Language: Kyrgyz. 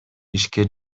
ишке